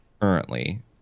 currently